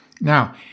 Now